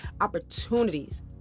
opportunities